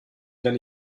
wenn